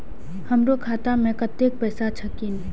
हमरो खाता में कतेक पैसा छकीन?